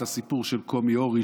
את הסיפור של קומי אורי,